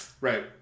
right